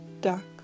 duck